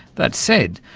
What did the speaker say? that said,